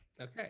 okay